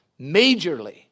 majorly